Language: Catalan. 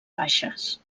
baixes